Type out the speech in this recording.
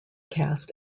cast